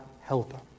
helper